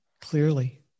clearly